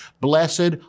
blessed